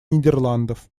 нидерландов